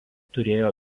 turėjo